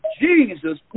Jesus